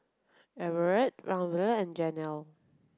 Everette Laverne and Janel